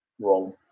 wrong